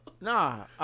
Nah